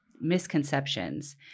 misconceptions